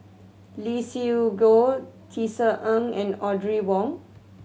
Lee Siew Goh Tisa Ng and Audrey Wong